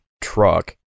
truck